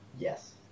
Yes